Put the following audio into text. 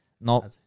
No